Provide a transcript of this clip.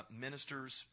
ministers